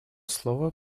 слово